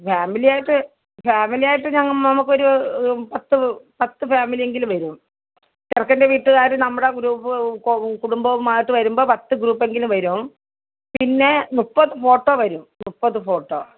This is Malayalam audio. ഫാമിലി ആയിട്ട് ഫാമിലി ആയിട്ട് ഞങ്ങൾ നമുക്ക് ഒരു പത്ത് പത്ത് ഫാമിലി എങ്കിലും വരും ചെറുക്കൻ്റെ വീട്ടുകാർ നമ്മുടെ ഗ്രൂപ്പ് കു കുടുംബവുമായിട്ട് വരുമ്പോൾ പത്ത് ഗ്രൂപ്പ് എങ്കിലും വരും പിന്നെ മുപ്പത് ഫോട്ടോ വരും മുപ്പത് ഫോട്ടോ